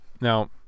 now